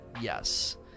Yes